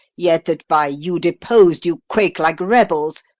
yet that, by you depos'd, you quake like rebels?